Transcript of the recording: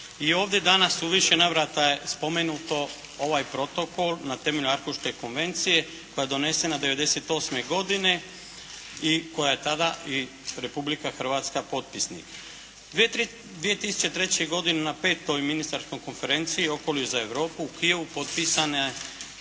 I ovdje danas u više navrata je spomenuto ovaj Protokol na temelju Arhuške konvencije koja je donesena 1998. godine koje je tada i Republika Hrvatska podsjetnik. 2003. godine na 5. ministarskoj konferenciji «Okoliš za Europi» u Kijevu potpisan